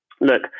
look